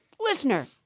Listener